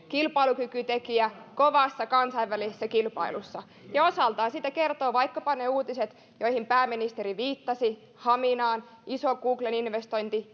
kilpailukykytekijä kovassa kansainvälisessä kilpailussa osaltaan siitä kertovat vaikkapa ne uutiset joihin pääministeri viittasi haminaan iso googlen investointi